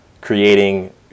creating